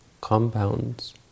compounds